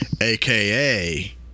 AKA